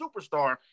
superstar